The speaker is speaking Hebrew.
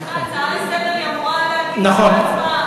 סליחה, הצעה לסדר, היא אמורה להגיב אחרי ההצבעה.